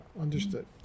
understood